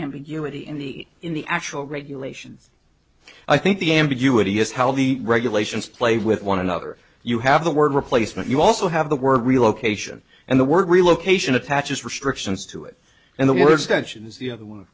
ambiguity in the in the actual regulations i think the ambiguity is how the regulations play with one another you have the word replacement you also have the word relocation and the word relocation attaches restrictions to it and the